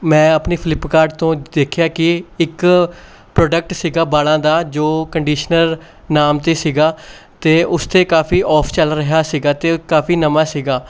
ਮੈਂ ਆਪਣੀ ਫਲਿੱਪਕਾਰਟ ਤੋਂ ਦੇਖਿਆ ਕਿ ਇੱਕ ਪ੍ਰੋਡਕਟ ਸੀਗਾ ਬਾਲਾਂ ਦਾ ਜੋ ਕੰਡੀਸ਼ਨਰ ਨਾਮ 'ਤੇ ਸੀਗਾ ਅਤੇ ਉਸ 'ਤੇ ਕਾਫ਼ੀ ਔਫ ਚੱਲ ਰਿਹਾ ਸੀਗਾ ਅਤੇ ਉਹ ਕਾਫ਼ੀ ਨਵਾਂ ਸੀਗਾ